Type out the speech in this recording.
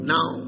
Now